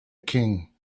king